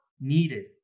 needed